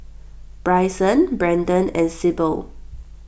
Bryson Branden and Syble